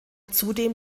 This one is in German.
zudem